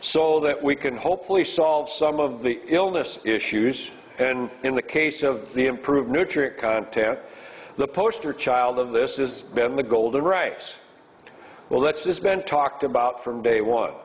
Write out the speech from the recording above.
so that we can hopefully solve some of the illness issues and in the case of the improved nutrient content the poster child of this has been the golden rice well that's been talked about from day one